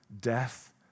death